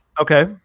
Okay